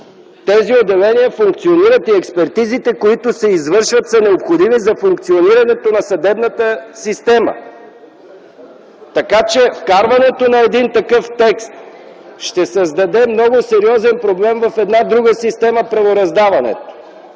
тези отделения функционират и експертизите, които се извършват, са необходими за функционирането на съдебната система. Вкарването на един такъв текст ще създаде много сериозен проблем в една друга система – правораздаването.